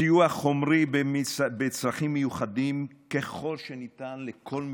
סיוע חומרי בצרכים מיוחדים ככל שניתן לכל משפחה,